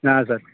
ಹಾಂ ಸರ್